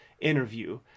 interview